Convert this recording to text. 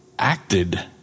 acted